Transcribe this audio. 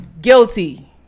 guilty